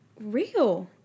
real